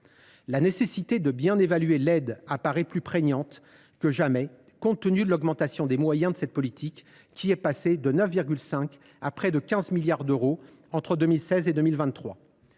La nécessité de bien évaluer l’aide paraît plus prégnante que jamais, compte tenu de l’augmentation des moyens de cette politique, passés de 9,5 milliards d’euros à près de 15 milliards d’euros entre 2016 et 2023.